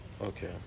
Okay